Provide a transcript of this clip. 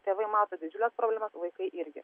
tėvai mato didžiules problemas vaikai irgi